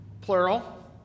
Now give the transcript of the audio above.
plural